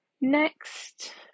next